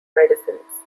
medicines